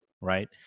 right